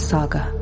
Saga